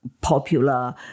popular